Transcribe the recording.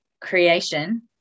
creation